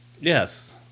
Yes